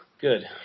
Good